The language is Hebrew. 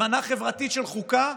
אמנה חברתית של חוקה,